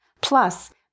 Plus